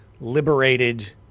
liberated